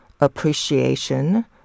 appreciation